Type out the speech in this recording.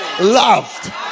loved